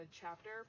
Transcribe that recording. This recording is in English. chapter